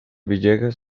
villegas